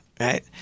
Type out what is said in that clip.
right